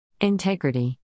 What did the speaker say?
Integrity